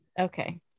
okay